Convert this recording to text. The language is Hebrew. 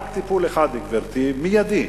רק טיפול אחד, גברתי, מיידי,